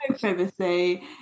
privacy